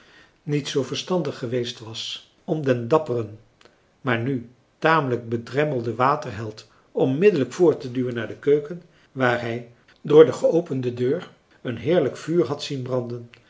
niet zoo verstandig geweest was om den dapperen maar nu tamelijk bedremmelden waterheld onmiddellijk voort te duwen naar de keuken waar hij door de gefrançois haverschmidt familie en kennissen opende deur een heerlijk vuur had zien branden